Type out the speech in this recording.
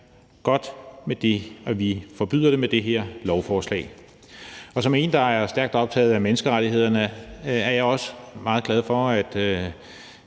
det er godt, at vi forbyder det med det her lovforslag. Som en, der er stærkt optaget af menneskerettighederne, er jeg også meget glad for, at